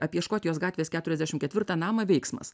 apie škotijos gatvės keturiasdešimt ketvirtą namą veiksmas